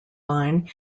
line